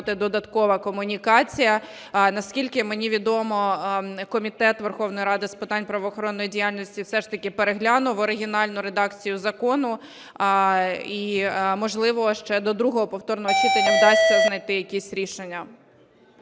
додаткова комунікація. Наскільки мені відомо, Комітет Верховної Ради з питань правоохоронної діяльності все ж таки переглянув оригінальну редакцію закону і, можливо, ще до другого повторного читання вдасться знайти якісь рішення.